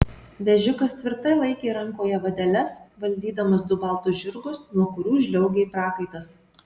vežikas tvirtai laikė rankoje vadeles valdydamas du baltus žirgus nuo kurių žliaugė prakaitas